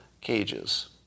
cages